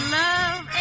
love